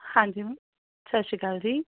ਹਾਂਜੀ ਮੈਮ ਸਤਿ ਸ਼੍ਰੀ ਅਕਾਲ ਜੀ